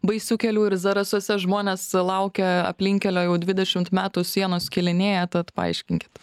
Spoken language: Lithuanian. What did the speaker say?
baisių kelių ir zarasuose žmonės laukia aplinkkelio jau dvidešimt metų sienos skilinėja tad paaiškinkit